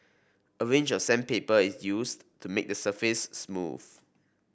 a range of sandpaper is used to make the surface smooth